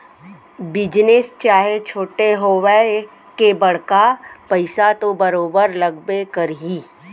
business चाहे छोटे होवय के बड़का पइसा तो बरोबर लगबे करही